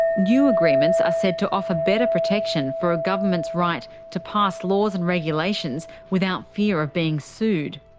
new agreements are said to offer better protection for a government's right to pass laws and regulations without fear of being sued.